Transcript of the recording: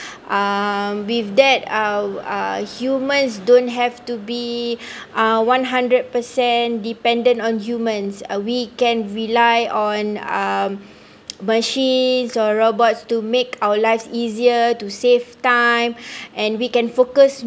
um with that uh humans don't have to be uh one hundred percent dependant on humans uh we can rely on um machines or robots to make our lives easier to save time and we can focus